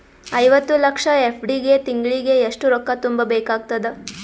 ಐವತ್ತು ಲಕ್ಷ ಎಫ್.ಡಿ ಗೆ ತಿಂಗಳಿಗೆ ಎಷ್ಟು ರೊಕ್ಕ ತುಂಬಾ ಬೇಕಾಗತದ?